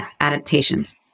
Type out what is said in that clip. adaptations